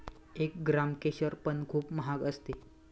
एक ग्राम केशर पण खूप महाग असते